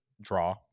draw